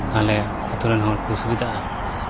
ᱛᱟᱞᱚᱦᱮ ᱟᱛᱳ ᱨᱮᱱ ᱦᱚᱲ ᱠᱚ ᱥᱩᱵᱤᱫᱟᱜᱼᱟ